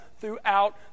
throughout